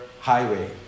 highway